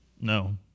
No